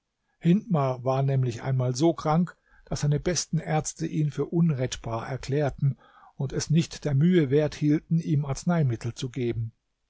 hindmar war nämlich einmal so krank daß seine besten ärzte ihn für unrettbar erklärten und es nicht der mühe wert hielten ihm arzneimittel zu geben